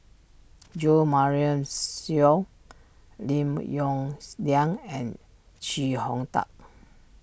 Jo Marion Seow Lim Yong Liang and Chee Hong Tat